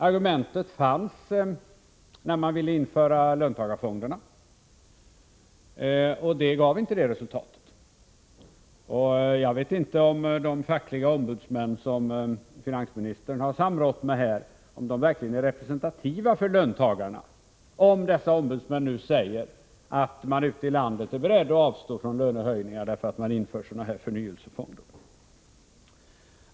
Argumentet användes också när man ville införa löntagarfonderna, men det gav inte önskat resultat. Jag vet inte om de fackliga ombudsmän som finansministern har samrått med verkligen är representativa för löntagarna, när dessa ombudsmän säger att löntagarna i landet är beredda att avstå från lönehöjningar, om sådana här förnyelsefonder införs.